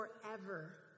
forever